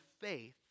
faith